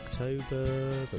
October